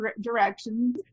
directions